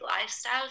lifestyle